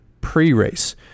pre-race